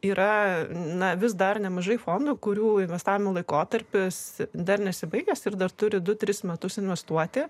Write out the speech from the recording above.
yra na vis dar nemažai fondų kurių investavimo laikotarpis dar nesibaigęs ir dar turi du tris metus investuoti